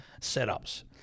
setups